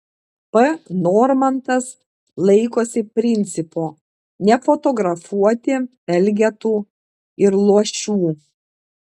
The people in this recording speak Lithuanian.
p normantas laikosi principo nefotografuoti elgetų ir luošių